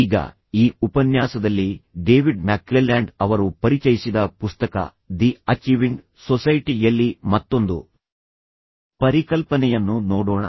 ಈಗ ಈ ಉಪನ್ಯಾಸದಲ್ಲಿ ಡೇವಿಡ್ ಮ್ಯಾಕ್ಕ್ಲೆಲ್ಯಾಂಡ್ ಅವರು ಪರಿಚಯಿಸಿದ ಪುಸ್ತಕ ದಿ ಅಚೀವಿಂಗ್ ಸೊಸೈಟಿ ಯಲ್ಲಿ ಮತ್ತೊಂದು ಪರಿಕಲ್ಪನೆಯನ್ನು ನೋಡೋಣ